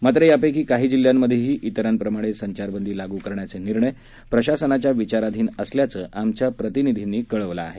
मात्र यापैकी काही जिल्ह्यांमध्येही इतरांप्रमाणे संचारबंदी लागू करण्याचे निर्णय प्रशासनाच्या विचाराधीन असल्याचं आमच्या प्रतिनिधींनी कळवलं आहे